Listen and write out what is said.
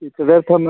एतदर्थम्